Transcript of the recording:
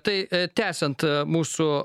tai tęsiant mūsų